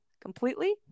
completely